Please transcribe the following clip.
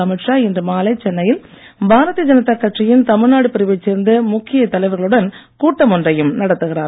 அமித் ஷா இன்று மாலை சென்னையில் பாரதிய ஜனதா கட்சியின் தமிழ்நாடு பிரிவைச் சேர்ந்த முக்கியத் தலைவர்களுடன் கூட்டம் ஒன்றையும் நடத்துகிறார்